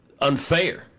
unfair